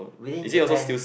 within Japan